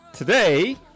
Today